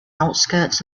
outskirts